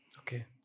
Okay